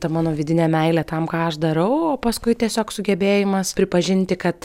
ta mano vidinė meilė tam ką aš darau o paskui tiesiog sugebėjimas pripažinti kad